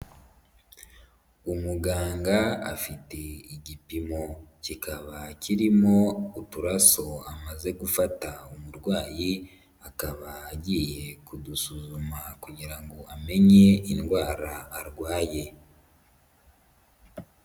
Umuganga afite igipimo, kikaba kirimo uturaso amaze gufata umurwayi, akaba agiye kudusuzuma kugira ngo amenye indwara arwaye.